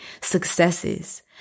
successes